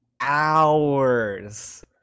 hours